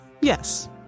Yes